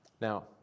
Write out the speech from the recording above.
Now